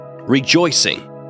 Rejoicing